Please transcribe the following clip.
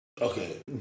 Okay